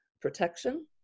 protection